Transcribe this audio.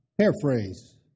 paraphrase